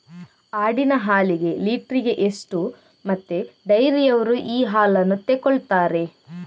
ಆಡಿನ ಹಾಲಿಗೆ ಲೀಟ್ರಿಗೆ ಎಷ್ಟು ಮತ್ತೆ ಡೈರಿಯವ್ರರು ಈ ಹಾಲನ್ನ ತೆಕೊಳ್ತಾರೆ?